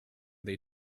they